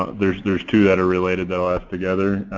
there's there's two that are related that i'll ask together.